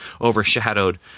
overshadowed